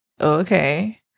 okay